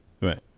Right